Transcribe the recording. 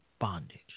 bondage